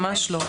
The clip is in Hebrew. ממש לא.